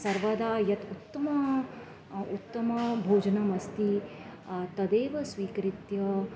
सर्वदा यत् उत्तमं उत्तमभोजनम् अस्ति तदेव स्वीकृत्य